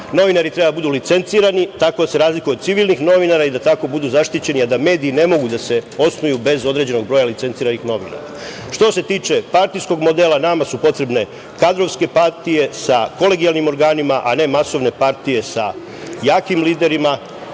treba da budu licencirani, tako da se razlikuju od civilnih novinara i da tako budu zaštićeni, a da mediji ne mogu da se osnuju bez određenog broja licenciranih novinara. Što se tiče partijskog modela nama su potrebne kadrovske partije sa kolegijalnim organima, a ne masovne partije sa jakim liderima